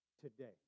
today